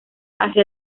hacia